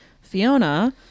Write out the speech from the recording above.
fiona